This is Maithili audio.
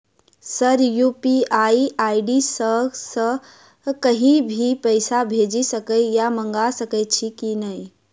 सर यु.पी.आई आई.डी सँ कहि भी पैसा भेजि सकै या मंगा सकै छी की न ई?